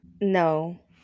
No